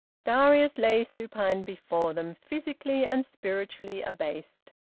darius lay supine before them, physically and spiritually abased,